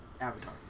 Avatar